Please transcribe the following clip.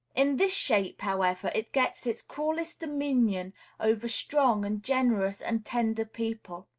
in this shape, however, it gets its cruelest dominion over strong and generous and tender people.